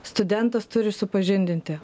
studentas turi supažindinti